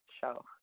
show